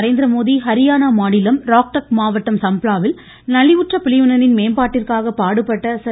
நரேந்திரமோடி ஹரியானா மாநிலம் சுழாவயம மாவட்டம் நலிவுற்ற பிரிவினரின் மேம்பாட்டிற்காக பாடுபட்ட சர்